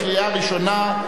קריאה ראשונה.